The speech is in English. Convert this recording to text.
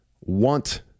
want